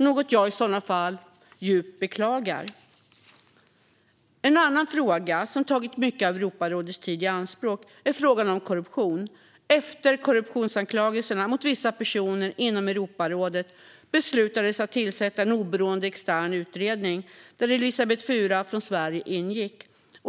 Om så sker är det något jag djupt beklagar. En annan fråga som tagit mycket av Europarådets tid i anspråk är frågan om korruption. Efter korruptionsanklagelser mot vissa personer inom Europarådet beslutades att tillsätta en oberoende extern utredning, där Elisabet Fura från Sverige ingick.